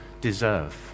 deserve